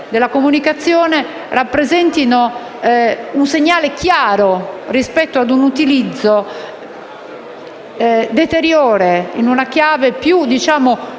Grazie,